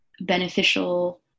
beneficial